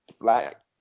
Black